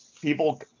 people